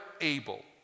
able